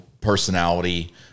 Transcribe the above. personality